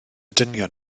dynion